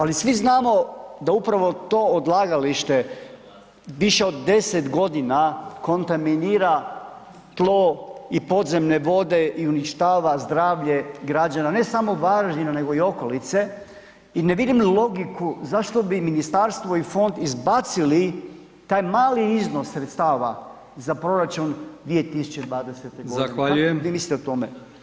Ali svi znamo da upravo to odlagalište više od deset godina kontaminira tlo i podzemne vode i uništava zdravlje građana ne samo Varaždina nego i okolice i ne vidim logiku zašto bi ministarstvo i fond izbacili taj mali iznos sredstava za proračun 2020. godine … vi mislite o tome?